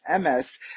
ms